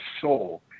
soul